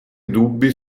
dubbi